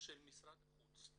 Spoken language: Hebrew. של משרד החוץ.